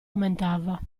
aumentava